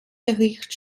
bericht